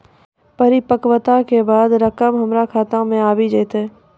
परिपक्वता के बाद रकम हमरा खाता मे आबी जेतै?